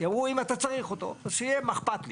כי אמרו, אם אתה צריך אותו אז שיהיה, מה אכפת לי.